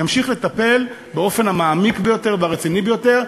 נמשיך לטפל באופן המעמיק ביותר והרציני ביותר,